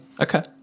Okay